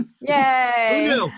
Yay